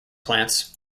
plants